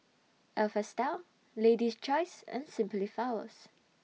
Alpha Style Lady's Choice and Simply Flowers